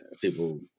people